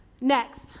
next